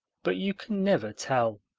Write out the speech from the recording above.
but you can never tell.